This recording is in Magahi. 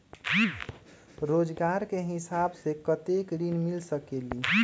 रोजगार के हिसाब से कतेक ऋण मिल सकेलि?